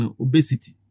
obesity